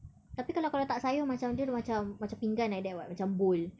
tapi kalau kau letak sayur macam dia dah macam-macam pinggan like that [what] macam bowl